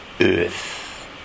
earth